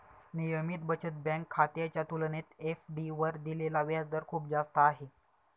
नियमित बचत बँक खात्याच्या तुलनेत एफ.डी वर दिलेला व्याजदर खूप जास्त आहे